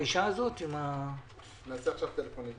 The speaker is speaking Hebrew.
החליטה לאשר את העמותות הבאות: לפי סעיף 46 לפקודת מס